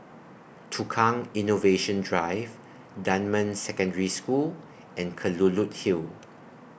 Tukang Innovation Drive Dunman Secondary School and Kelulut Hill